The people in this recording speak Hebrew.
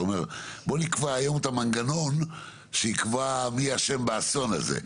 אתה אומר בוא נקבע היום את המנגנון שיקבע מי אשם באסון הזה.